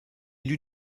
élu